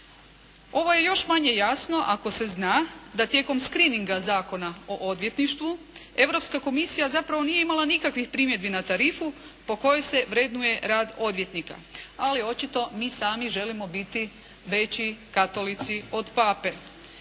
Ovo je još manje jasno ako se zna da tijekom screeninga Zakona o odvjetništvu Europska komisija zapravo nije imala nikakvih primjedbi na tarifu po kojoj se vrednuje rad odvjetnika. Ali očito mi sami želimo biti veći Katolici od Pape.